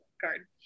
card